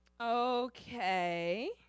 Okay